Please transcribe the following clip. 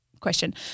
question